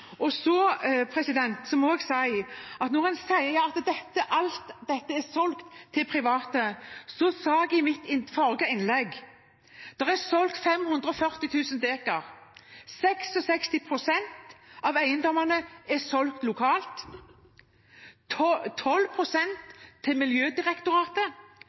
Når en sier at alt dette er solgt til private, sa jeg i mitt forrige innlegg: Det er solgt 540 000 dekar. 66 pst. av eiendommene er solgt lokalt, 12 pst. til Miljødirektoratet,